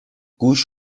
گوش